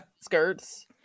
skirts